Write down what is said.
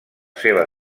seva